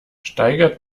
steigert